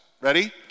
Ready